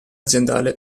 aziendale